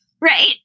right